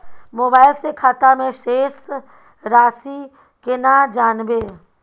Mobile से खाता में शेस राशि केना जानबे?